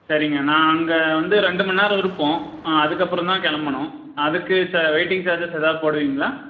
சரிங்க நான் அங்கே வந்து ரெண்டுமண் நேரம் இருப்போம் அதுக்கப்புறம் தான் கிளம்பனும் அதுக்கு வெயிட்டிங் சார்ஜஸ் எதாவது போடுவீங்களா